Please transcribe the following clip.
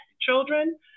children